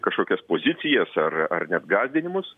kažkokias pozicijas ar ar net gąsdinimus